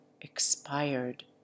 expired